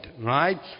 right